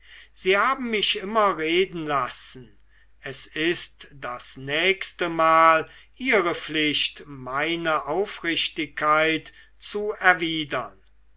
sie haben mich immer reden lassen es ist das nächste mal ihre pflicht meine aufrichtigkeit zu erwidern